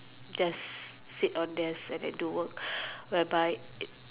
just sit on desk and do work where by